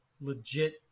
legit